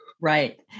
Right